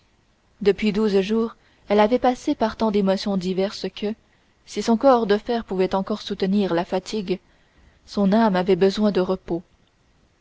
depuis douze ou quinze jours elle avait passé par tant d'émotions diverses que si son corps de fer pouvait encore soutenir la fatigue son âme avait besoin de repos